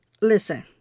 Listen